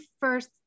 first